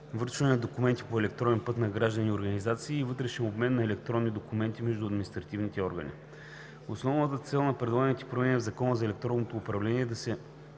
връчване на документи по електронен път на граждани и организации и вътрешен обмен на електронни документи между административните органи. Основна цел на предлаганите промени в Закона за електронното управление е да се